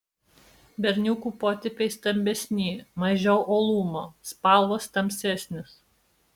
berniukų potėpiai stambesni mažiau uolumo spalvos tamsesnės